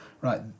right